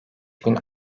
bin